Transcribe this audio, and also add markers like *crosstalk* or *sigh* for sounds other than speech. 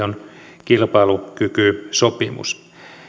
*unintelligible* on kilpailukykysopimus